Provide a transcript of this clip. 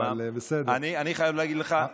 אני חייב להגיד לך,